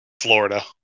Florida